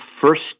first